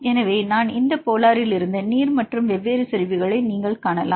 எனவே இந்த நான் போலாரிலிருந்து நீர் மற்றும் வெவ்வேறு செறிவுகளை நீங்கள் காணலாம்